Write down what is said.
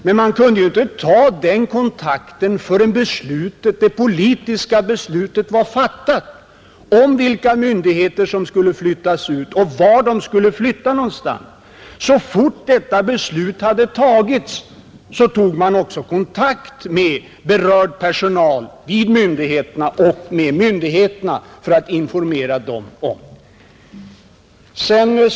Men man kunde inte ta den kontakten förrän det politiska beslutet var fattat om vilka verk som skulle flyttas ut och vart de skulle flytta. Så fort detta beslut hade fattats tog man också kontakt med berörd personal och med myndigheterna för att informera dem. Dessförinnan hade ju också ärendet varit ute på remiss i vanlig ordning.